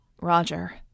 Roger